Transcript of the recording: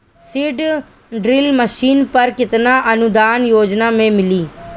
Seed drill machine पर केतना अनुदान योजना में मिली?